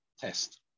test